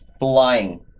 flying